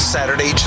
Saturday